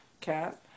cat